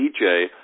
DJ